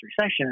recession